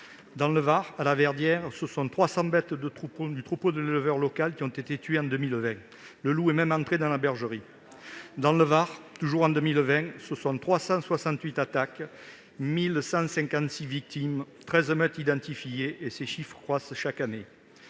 Dans le Var, à La Verdière, ce sont 300 bêtes du troupeau de l'éleveur local qui ont été tuées en 2020. Le loup est même entré dans la bergerie. Dans le Var, toujours en 2020, ce sont 368 attaques, 1 156 bêtes victimes et 13 meutes qui ont été identifiées. Ces chiffres croissent chaque année.